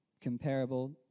comparable